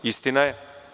Istina je.